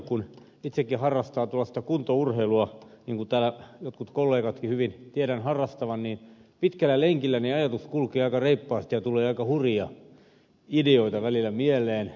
kun itsekin harrastan kuntourheilua niin kuin täällä joidenkin kollegoidenkin hyvin tiedän harrastavan niin ymmärrän että pitkällä lenkillä ajatus kulkee aika reippaasti ja tulee aika hurjia ideoita välillä mieleen